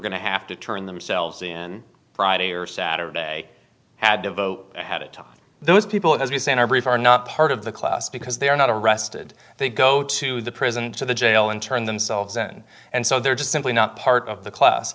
to have to turn themselves in friday or sad day had to vote had it to those people as you say in our brief are not part of the class because they are not arrested they go to the president of the jail and turn themselves in and so they're just simply not part of the class